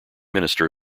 minister